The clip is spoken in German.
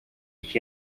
ich